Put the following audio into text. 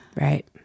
right